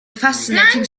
fascinating